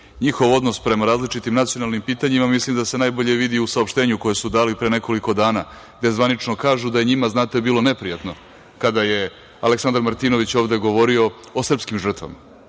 Njihov odnos prema različitim nacionalnim pitanjima mislim da se najbolje vidi u saopštenju koje su dali pre nekoliko dana gde zvanično kažu da je njima, znate, bilo neprijatno kada je Aleksandar Martinović ovde govorio o srpskim žrtvama.